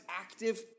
active